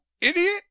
idiot